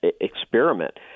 experiment